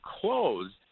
closed